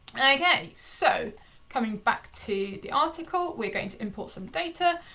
okay, so coming back to the article, we're going to import some data.